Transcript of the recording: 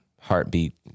heartbeat